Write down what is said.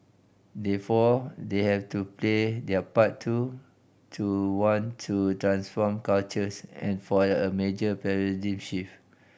therefore they have to play their part too to want to transform cultures and for a major paradigm shift